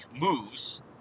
moves